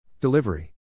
Delivery